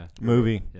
movie